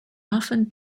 often